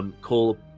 call